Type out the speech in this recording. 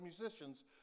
musicians